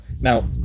Now